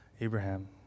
Abraham